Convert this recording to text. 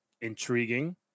Intriguing